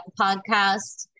podcast